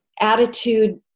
Attitude